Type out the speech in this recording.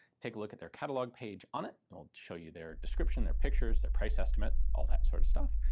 take a look at their catalogue page on it, it'll show you their description, their pictures, their price estimate, all that sort of stuff.